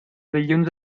dilluns